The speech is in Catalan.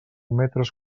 metres